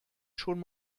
schon